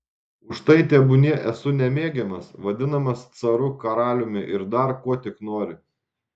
už tai tebūnie esu nemėgiamas vadinamas caru karaliumi ir dar kuo tik nori